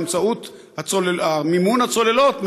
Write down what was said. באמצעות מימון הצוללות,